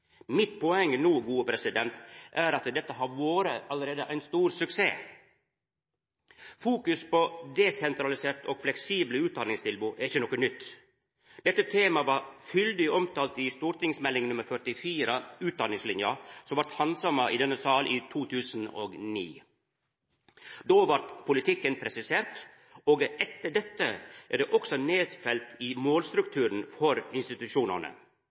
Mitt poeng er at dette allereie har vorte ein stor suksess. Fokus på desentraliserte og fleksible utdanningstilbod er ikkje noko nytt. Dette temaet vart fyldig omtalt i St.meld. nr. 44 for 2008–2009, Utdanningslinja, som vart handsama i denne salen i 2010. Då vart politikken presisert, og etter dette er det også nedfelt i målstrukturen for institusjonane.